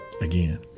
Again